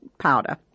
powder